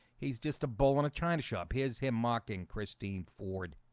he's just a bull in a china shop here's him mocking christine ford